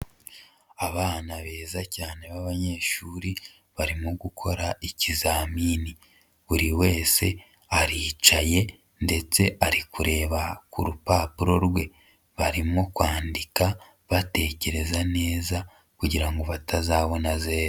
Abana beza cyane b'abanyeshuri barimo gukora ikizamini, buri wese aricaye ndetse ari kureba ku rupapuro rwe, barimo kwandika batekereza neza kugira ngo batazabona zeru.